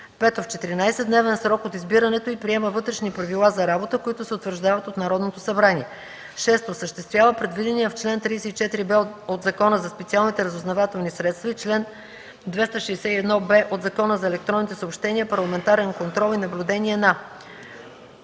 5. в 14-дневен срок от избирането й приема вътрешни правила за работа, които се утвърждават от Народното събрание; 6. осъществява предвидения в чл. 34б от Закона за специалните разузнавателни средства и чл. 261б от Закона за електронните съобщения парламентарен контрол и наблюдение на: